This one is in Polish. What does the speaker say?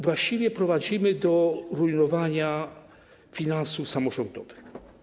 Właściwie prowadzi to do rujnowania finansów samorządowych.